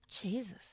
Jesus